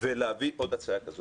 ולהביא הצעה.